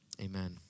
Amen